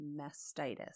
mastitis